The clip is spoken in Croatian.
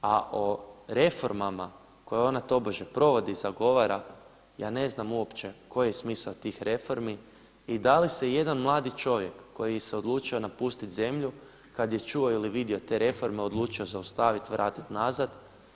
A o reformama koje ona tobože provodi i zagovara ja ne znam uopće koji je smisao tih reformi i da li se jedan mladi čovjek koji se odlučio napustiti zemlju kada je čuo ili vidio te reforme odlučio zaustaviti, vratiti nazad?